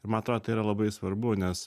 man atrodo tai yra labai svarbu nes